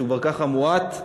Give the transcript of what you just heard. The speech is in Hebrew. שגם ככה הוא מועט,